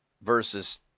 versus